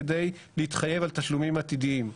על מנת להתחייב על תשלומים עתידיים.